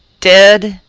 dead?